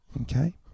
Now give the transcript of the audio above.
Okay